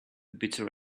bitter